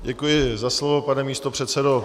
Děkuji za slovo, pane místopředsedo.